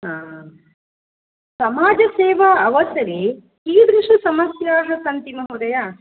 समाजसेवा अवसरे कीदृशसमस्याः सन्ति महोदय